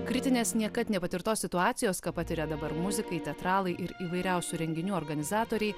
kritinės niekad nepatirtos situacijos ką patiria dabar muzikai teatralai ir įvairiausių renginių organizatoriai